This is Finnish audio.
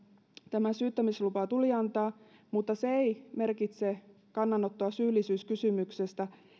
tämä syyttämislupa tuli antaa mutta se ei merkitse kannanottoa syyllisyyskysymykseen